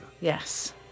Yes